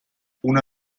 una